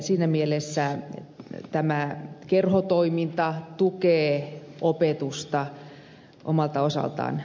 siinä mielessä tämä kerhotoiminta tukee opetusta omalta osaltaan